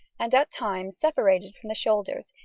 and at times separated from the shoulders,